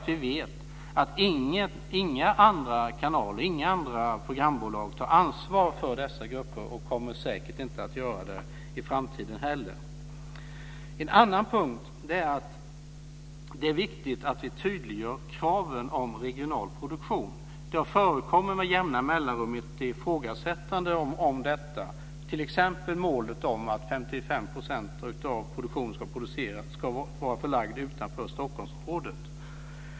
Vi vet att inga andra programbolag tar ansvar för dessa grupper. De kommer säkert inte heller i framtiden att göra det. En annan punkt är att det är viktigt att vi tydliggör kraven på regional produktion. Det förekommer med jämna mellanrum ett ifrågasättande av dessa, t.ex. målet att 55 % av produktionen ska vara förlagd utanför Stockholmsområdet.